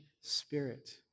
spirit